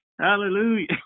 Hallelujah